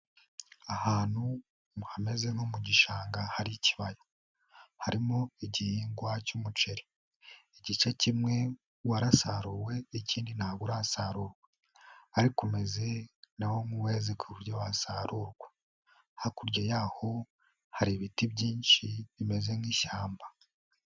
Ahantu hameze nko mu gishanga hari ikibaya, harimo igihingwa cy'umuceri, igice kimwe warasaruwe ikindi ntabwo urasarurwa, ariko umeze na wo nk'uweze ku buryo wasarurwa, hakurya y'aho hari ibiti byinshi bimeze nk'ishyamba.